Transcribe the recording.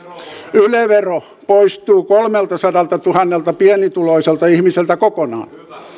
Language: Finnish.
yle vero poistuu kolmeltasadaltatuhannelta pienituloiselta ihmiseltä kokonaan